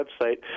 website